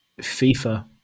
FIFA